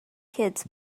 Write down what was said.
kids